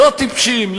לא טיפשים.